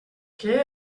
què